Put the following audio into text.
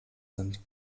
sind